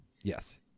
Yes